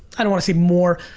i don't wanna say more.